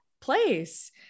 place